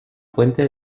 fuente